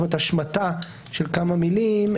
השמטה של כמה מילים,